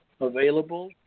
available